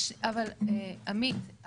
עמית,